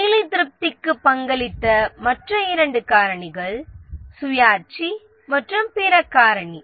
வேலை திருப்திக்கு பங்களித்த மற்ற இரண்டு காரணிகள் சுயாட்சி மற்றும் பிற காரணி